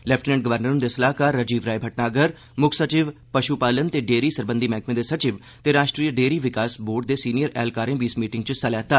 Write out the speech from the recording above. lieutenant governor हृंदे सलाहकार राजीव राय भटनागर मुक्ख सचिव पशु पालन ते डेयरी सरबंधी मैह्कमे दे सचिव ते राष्ट्री डेयरी विकास बोर्ड दे सीनियर ऐहलकारें बी मीटिंग च हिस्सा लैता